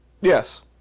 Yes